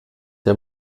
der